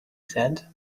said